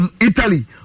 Italy